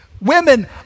Women